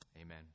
Amen